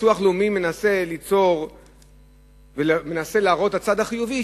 שהביטוח הלאומי מנסה ליצור ומנסה להראות את הצד החיובי,